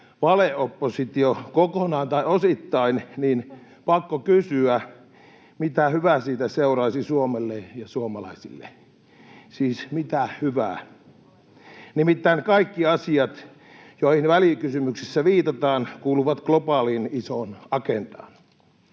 valeoppositio kokonaan tai osittain, niin on pakko kysyä, mitä hyvää siitä seuraisi Suomelle ja suomalaisille. Siis mitä hyvää? Nimittäin kaikki asiat, joihin välikysymyksessä viitataan, kuuluvat globaaliin, isoon agendaan.